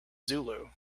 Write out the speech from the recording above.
zulu